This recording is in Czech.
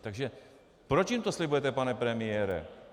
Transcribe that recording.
Takže proč jim to slibujete, pane premiére?